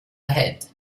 ahead